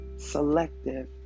Selective